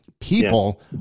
people